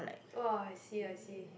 !woah! I see I see